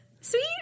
Sweet